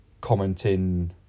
commenting